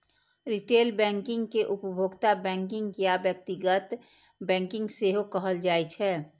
retail banking कें उपभोक्ता banking या व्यक्तिगत बैंकिंग सेहो कहल जाइ छै